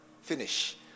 finish